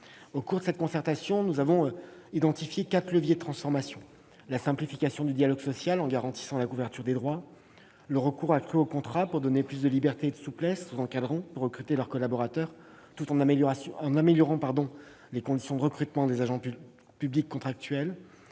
Au cours de cette concertation, nous avons identifié quatre leviers de transformation : la simplification du dialogue social, qui doit s'opérer en garantissant la couverture des droits ; le recours accru au contrat afin de donner davantage de liberté et de souplesse aux encadrants pour désigner leurs collaborateurs, tout en améliorant les conditions de recrutement et d'emploi des agents publics contractuels